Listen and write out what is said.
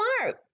smart